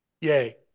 Yay